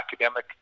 academic